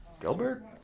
Gilbert